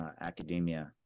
academia